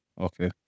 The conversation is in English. okay